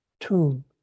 tomb